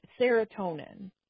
serotonin